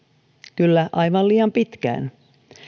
kyllä aivan liian pitkään